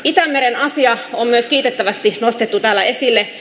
itämeren asia on myös kiitettävästi nostettu täällä esille